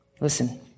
Listen